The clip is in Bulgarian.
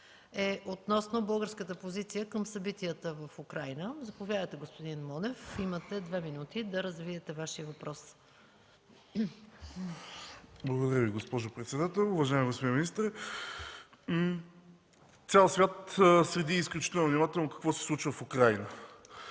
относно българската позиция към събитията в Украйна. Заповядайте, господин Монев. Имате две минути да развиете Вашия въпрос. ГАЛЕН МОНЕВ (Атака): Благодаря Ви, госпожо председател. Уважаеми господин министър, цял свят следи изключително внимателно какво се случва в Украйна.